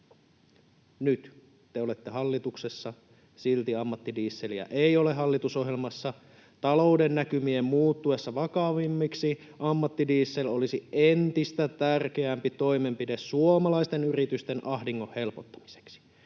Nyt te olette hallituksessa. Silti ammattidieseliä ei ole hallitusohjelmassa. Talouden näkymien muuttuessa vakavammiksi ammattidiesel olisi entistä tärkeämpi toimenpide suomalaisten yritysten ahdingon helpottamiseksi.